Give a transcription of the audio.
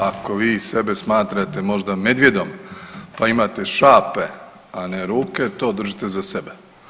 Ako vi sebe smatrate možda medvjedom, pa imate šape, a ne ruke, to držite za sebe.